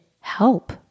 help